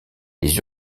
les